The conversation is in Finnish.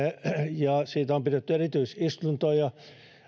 ja siitä on pidetty erityisistuntoja